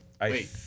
Wait